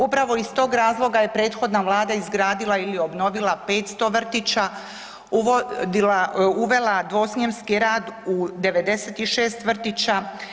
Upravo iz tog razloga …… je prethodna Vlada izgradila ili obnovila 500 vrtića, uvela dvosmjenski rad u 96 vrtića.